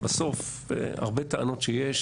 בסוף הרבה טענות שיש,